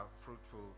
fruitful